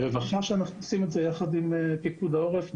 ברווחה אנחנו עושים את זה יחד עם פיקוד העורף.